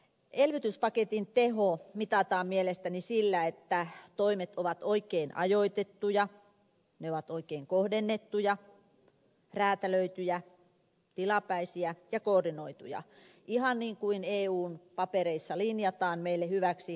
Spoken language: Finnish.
elvytyspaketin teho mitataan mielestäni sillä että toimet ovat oikein ajoitettuja oikein kohdennettuja räätälöityjä tilapäisiä ja koordinoituja ihan niin kuin eun papereissa linjataan meille hyväksi esimerkiksi